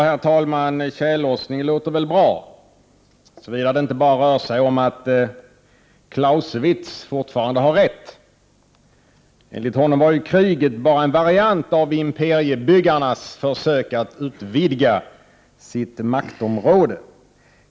Herr talman! Tjällossning låter väl bra, såvida det inte rör sig om att Clausewitz fortfarande har rätt. Enligt honom var ju kriget bara en variant av imperiebyggarnas försök att utvidga sitt maktområde.